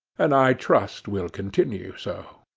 and i trust will continue so